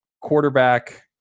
quarterback